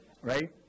Right